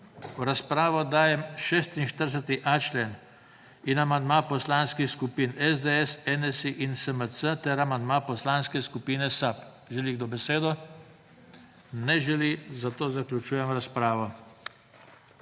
V razpravo dajem 46.a člen ter amandma Poslanskih skupin SDS, NSi in SMC ter amandma Poslanske skupine SAB. Želi kdo besedo? (Ne želi.) Zaključujem razpravo.